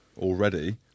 already